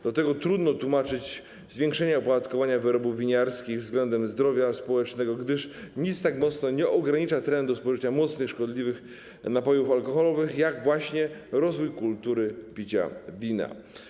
Do tego trudno tłumaczyć zwiększenie opodatkowania wyrobów winiarskich względami zdrowia społecznego, gdyż nic tak mocno nie ogranicza trendu spożycia mocnych, szkodliwych napojów alkoholowych, jak właśnie rozwój kultury picia wina.